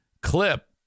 clip